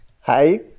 Hi